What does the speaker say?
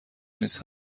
نیز